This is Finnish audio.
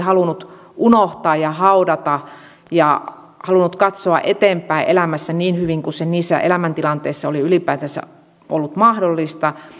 halunnut unohtaa ja haudata ja halunnut katsoa eteenpäin elämässä niin hyvin kuin se niissä elämäntilanteissa oli ylipäätänsä ollut mahdollista